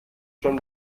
schon